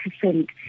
percent